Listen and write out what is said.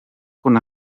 con